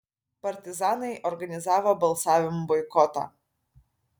partizanai organizavo balsavimų boikotą